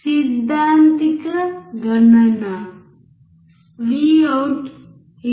సిద్ధాంతిక గణన Vout 2